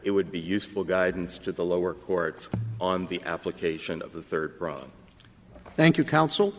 it would be useful guidance to the lower court on the application of the third prong thank you counsel